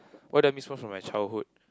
what do I miss from for my childhood